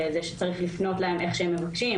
וזה שצריך לפנות אליהם איך שהם מבקשים,